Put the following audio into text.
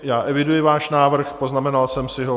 Já eviduji váš návrh, poznamenal jsem si ho.